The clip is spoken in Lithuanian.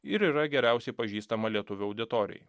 ir yra geriausiai pažįstama lietuvių auditorijai